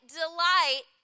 delight